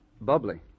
Bubbly